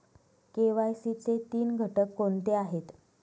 KYC चे तीन घटक कोणते आहेत?